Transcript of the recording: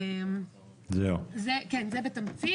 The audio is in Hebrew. זה בתמצית.